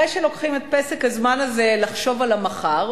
אחרי שלוקחים את פסק הזמן הזה לחשוב על המחר,